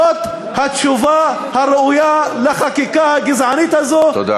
זאת התשובה הראויה לחקיקה הגזענית הזאת,